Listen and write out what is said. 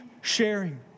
sharing